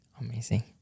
Amazing